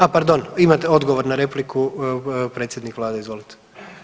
A pardon, imate odgovor na repliku, predsjednik vlade, izvolite.